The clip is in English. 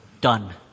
done